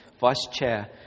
vice-chair